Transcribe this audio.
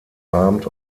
abend